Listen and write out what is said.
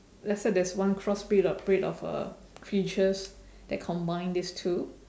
let's say there's one cross breed of breed of uh creatures that combine these two